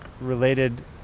related